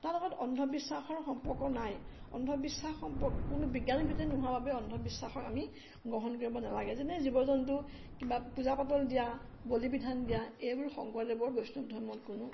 তাৰ লগত অন্ধবিশ্বাসৰ সম্পৰ্ক নাই অন্ধবিশ্বাস সম্পৰ্ক কোনো বৈজ্ঞানিক ভিত্তি নোহোৱা বাবে অন্ধবিশ্বাসক আমি গ্ৰহণ কৰিব নালাগে যেনে জীৱ জন্তু কিবা পূজা পাতল দিয়া বলি বিধান দিয়া এইবোৰ শংকৰদেৱৰ বৈষ্ণৱ ধৰ্মত কোনো